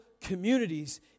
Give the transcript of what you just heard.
communities